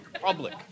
public